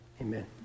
Amen